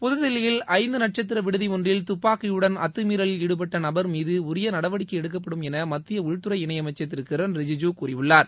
புதுதில்லியில் ஐந்து நட்சத்திர விடுதி ஒன்றில் துப்பாக்கியுடன் அத்துமீறலில் ஈடுபட்ட நபர் மீது உரிய நடவடிக்கை எடுக்கப்படும் என மத்திய உள்துறை இணையமைச்சர் கிரண் திரு ரிஜூஜூ தெரிவித்துள்ளார்